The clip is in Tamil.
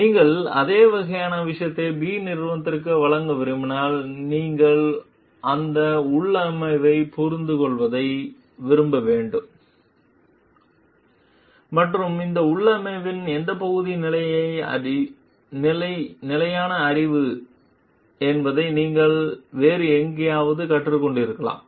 நீங்கள் அதே வகையான விஷயத்தை B நிறுவனத்திற்கு வழங்க விரும்பினால் நீங்கள் அந்த உள்ளமைவை புரிந்துகொள்வதை விரும்ப வேண்டும் மற்றும் அந்த உள்ளமைவின் எந்தப் பகுதி நிலையான அறிவு என்பதை நீங்கள் வேறு எங்காவது கற்றுக்கொண்டிருக்கலாம்